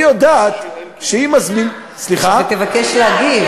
שתבקש להגיב.